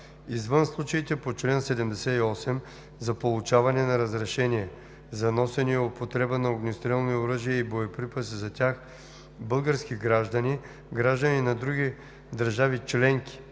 „Извън случаите по чл. 78, за получаване на разрешение за носене и употреба на огнестрелни оръжия и боеприпаси за тях, български граждани, граждани на други държави членки,